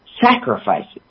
sacrifices